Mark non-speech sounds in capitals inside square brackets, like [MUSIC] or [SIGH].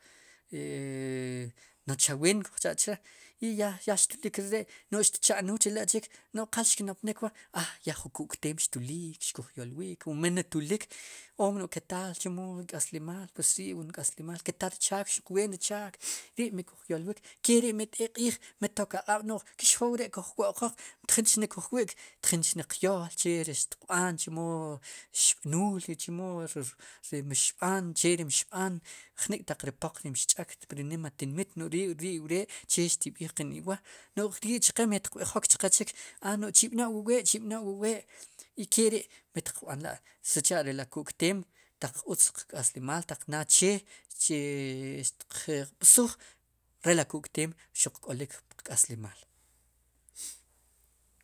Eee [HESITATION] noche ween kujcha che i ya xtulik re ri' xtcha'nuul chrela chik no'j qal xkinopnik waa aa ya jun ku'kteem xtulik xkuj yolwiik o mi ne tuliik om no'j ketaal chemo ri k'aslimaal pues rii wun k'aslimaal ketal ketaal ri chaak xuq ween ri chaak rii mi kuj yolwik keri'mi t'eek q'iij mi tok aq'ab' no'j kix joo wre' koj wooq tjinchne kuj wi'k tjinche qyool che ri xtiqb'an che ri xtb'nuul chemo ri mxb'an che ri mxb'an jnik'taq ri poq mxch'ak ri nima tinmit no'j rii wree che qe'xtib'iij iwa' no'j rii chqe mitqb'ijok chik no'j chib'na'wu i ke wee i ke ri' mitqb'anla' sicha'la ri kup kteem taq utz qk'aslimaal taq naa chee xtiq b'suj re la ku'kteem xuq k'olik puq k'aslimaal